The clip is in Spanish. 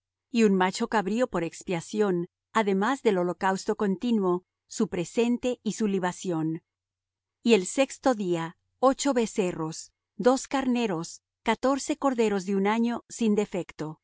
y un macho cabrío por expiación además del holocausto continuo su presente y su libación y el sexto día ocho becerros dos carneros catorce corderos de un año sin defecto